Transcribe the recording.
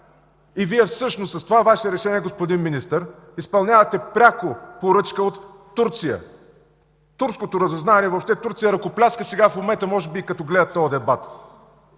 Вие всъщност с това Ваше решение, господин Министър, изпълнявате пряка поръчка от Турция! Турското разузнаване, въобще Турция ръкопляска сега в момента може би, като гледа този дебат.